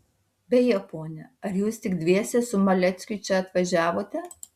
beje ponia ar jūs tik dviese su maleckiu čia atvažiavote